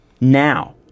now